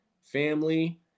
family